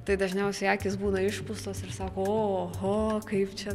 tai dažniausiai akys būna išpūstos ir sako oho kaip čia